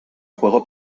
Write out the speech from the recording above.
juego